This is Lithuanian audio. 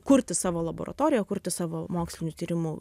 kurti savo laboratoriją kurti savo mokslinių tyrimų